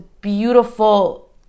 beautiful